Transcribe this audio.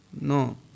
No